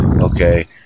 okay